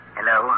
Hello